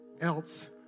else